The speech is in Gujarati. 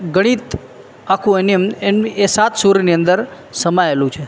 ગણિત આખું એ સાત સૂરની અંદર સમાયેલું છે